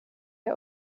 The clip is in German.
der